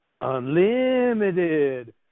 Unlimited